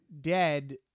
dead